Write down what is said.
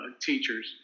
teachers